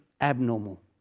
abnormal